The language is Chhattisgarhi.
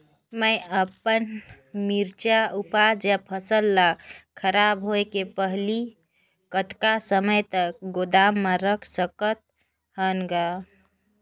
मैं अपन मिरचा ऊपज या फसल ला खराब होय के पहेली कतका समय तक गोदाम म रख सकथ हान ग?